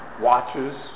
watches